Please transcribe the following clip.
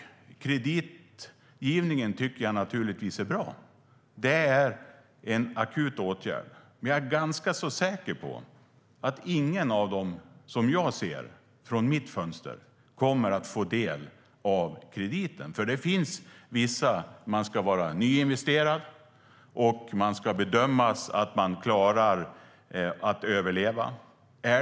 Kreditgivningen tycker jag naturligtvis är bra, men det är en akut åtgärd. Jag är ganska säker på att ingen av dem som jag ser från mitt fönster kommer att få del av krediten. Det finns vissa krav. Man ska ha nyinvesterat, och det ska bedömas att man kan överleva.